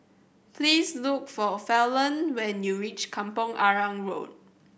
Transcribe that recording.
please look for Falon when you reach Kampong Arang Road